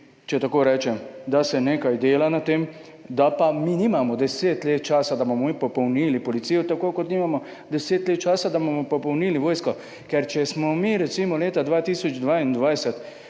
če tako rečem, da se nekaj dela na tem, da pa nimamo deset let časa, da bomo popolnili policijo, tako kot nimamo deset let časa, da bomo popolnili vojsko. Ker če smo mi recimo leta 2022